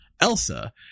Elsa